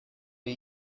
way